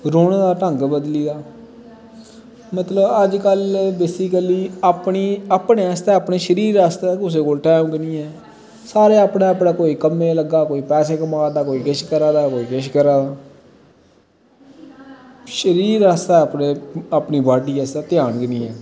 रौह्ने दा ढंग बदली दा मतलव अज कल बेसिकली अपने आस्तै अपने शरीर आस्तै कुसै कोल टाईम गै नी ऐ सारे अपनै अपनै कोई कम्मे गी लग्गे दा कोई पैसे कमा दा कोई किश करा दा कोई किश करा दा शरीर आस्तै अपनी बॉडी आस्तै टाईम गै नी ऐ